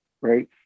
right